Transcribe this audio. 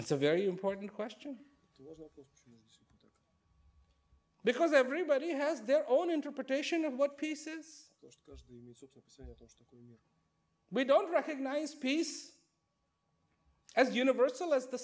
that's a very important question because everybody has their own interpretation of what pieces we don't recognize peace as universal as the